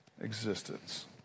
existence